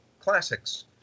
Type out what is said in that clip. classics